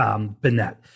Bennett